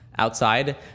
outside